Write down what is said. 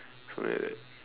so maybe like